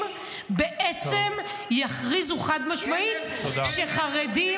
באמת בגלל חוק --- לא פספסתי,